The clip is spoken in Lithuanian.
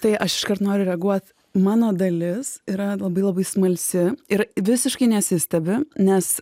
tai aš iškart noriu reaguot mano dalis yra labai labai smalsi ir visiškai nesistebi nes